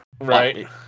Right